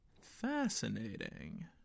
Fascinating